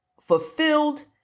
fulfilled